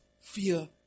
fear